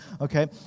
Okay